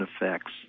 effects